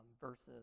versus